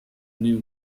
new